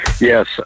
Yes